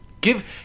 Give